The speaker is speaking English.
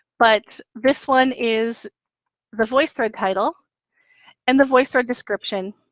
but this one is the voicethread title and the voicethread description.